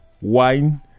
wine